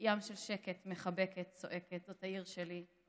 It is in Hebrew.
/ ים של שקט, מחבקת, // צועקת, זאת העיר שלי.